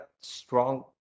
strong